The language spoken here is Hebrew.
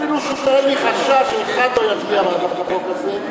אפילו שאין לי חשש שאחד לא יצביע בעד החוק הזה,